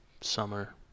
summer